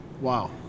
Wow